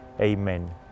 Amen